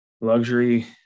Luxury